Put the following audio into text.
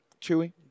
Chewy